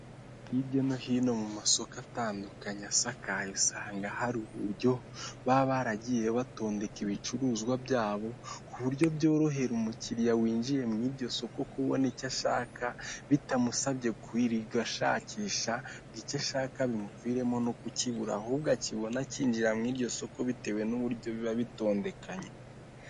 Inama yahuje abantu bagiye batandukanye ndetse n'abayobozi bari kuri mudasobwa zabo ndetse n'aba gafotozi n'ibikoresho bifashisha mu gufotora.